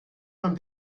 man